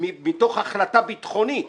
מתוך החלטה ביטחונית